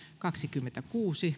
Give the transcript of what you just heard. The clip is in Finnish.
kaksikymmentäkuusi